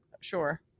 Sure